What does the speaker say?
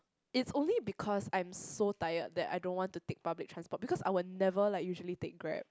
is only because I'm so tired that I don't want to take public transport because I would never like usually take grab